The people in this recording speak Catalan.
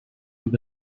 amb